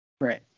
Right